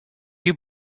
you